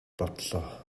бодлоо